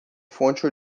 fonte